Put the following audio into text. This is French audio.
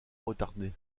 retardé